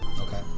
Okay